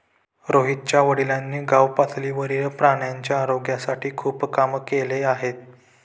रोहितच्या वडिलांनी गावपातळीवर प्राण्यांच्या आरोग्यासाठी खूप काम केले आहे